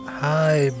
hi